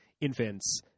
infants